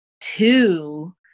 two